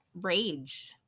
rage